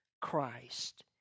Christ